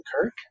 Kirk